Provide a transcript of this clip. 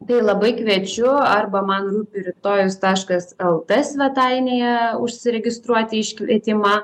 tai labai kviečiu arba man rūpi rytojus taškas el t svetainėje užsiregistruoti iškvietimą